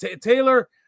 Taylor